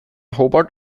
hobart